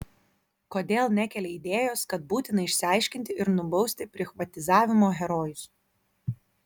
kodėl nekelia idėjos kad būtina išsiaiškinti ir nubausti prichvatizavimo herojus